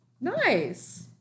Nice